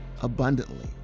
abundantly